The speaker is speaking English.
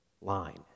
line